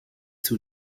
two